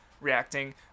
reacting